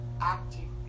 acting